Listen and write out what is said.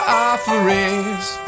offerings